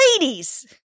Ladies